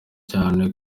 cyane